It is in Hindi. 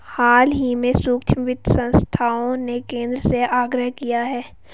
हाल ही में सूक्ष्म वित्त संस्थाओं ने केंद्र से आग्रह किया है